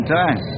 time